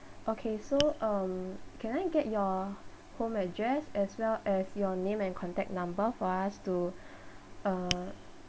okay so um can I get your home address as well as your name and contact number for us to uh